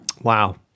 Wow